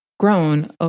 grown